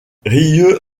rieux